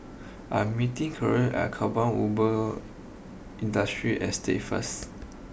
I am meeting Keira at Kampong Ubi Industrial Estate first